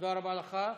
תודה רבה לך.